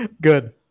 Good